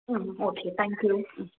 ம் okay thank you